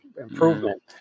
improvement